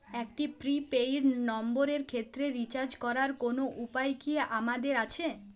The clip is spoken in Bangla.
একটি প্রি পেইড নম্বরের ক্ষেত্রে রিচার্জ করার কোনো উপায় কি আমাদের আছে?